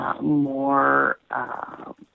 more